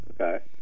okay